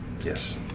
Yes